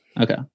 Okay